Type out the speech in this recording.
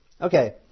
Okay